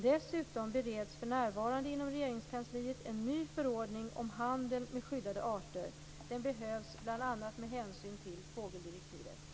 Dessutom bereds för närvarande inom Regeringskansliet en ny förordning om handel med skyddade arter. Den behövs bl.a. med hänsyn till fågeldirektivet.